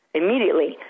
immediately